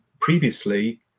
previously